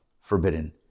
forbidden